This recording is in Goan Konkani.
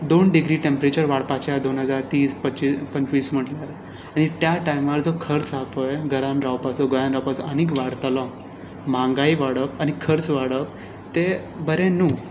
दोन डिग्री टॅम्परेचर वाडपाचे आसा दोन हजार तीस पंचवीस म्हणल्यार आनी त्या टायमार जो खर्ज आहा पळय घरांत रावपाचो गोंयांत रावपाचो आनीक वाडटलो म्हारगाय वाडप आनी खर्च वाडप तें बरें न्हू